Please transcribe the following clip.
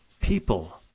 people